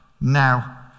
now